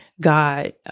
God